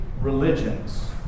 religions